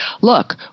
look